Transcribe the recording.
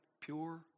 pure